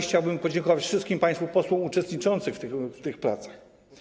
Chciałbym podziękować wszystkim państwu posłom uczestniczącym w tych pracach.